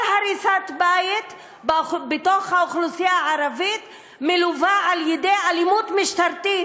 כל הריסת בית באוכלוסייה הערבית מלווה באלימות משטרתית,